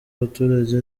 abaturage